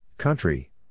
Country